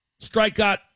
strikeout